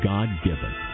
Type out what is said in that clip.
God-given